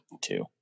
two